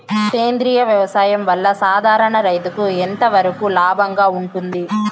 సేంద్రియ వ్యవసాయం వల్ల, సాధారణ రైతుకు ఎంతవరకు లాభంగా ఉంటుంది?